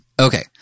Okay